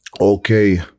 okay